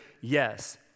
yes